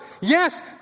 Yes